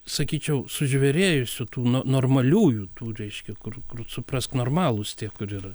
sakyčiau sužvėrėjusių tų no normaliųjų tų reiškia kur kur suprask normalūs tie kur yra